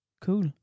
Cool